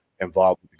involved